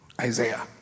Isaiah